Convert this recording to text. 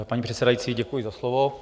Paní předsedající, děkuji za slovo.